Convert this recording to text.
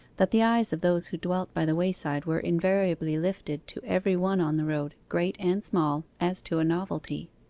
that the eyes of those who dwelt by the wayside were invariably lifted to every one on the road, great and small, as to a novelty.